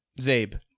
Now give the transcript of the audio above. Zabe